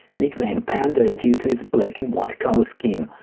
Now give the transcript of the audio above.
nicknamed panda due to its black and white color scheme.